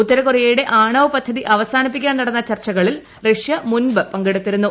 ഉത്തര കൊറിയയുടെ ആണവ പദ്ധതി അവസാനിപ്പിക്കാൻ നടന്ന ചർച്ചകളിൽ റഷ്യ മുമ്പ് പങ്കെടുത്തിരുന്നു